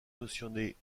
mentionnés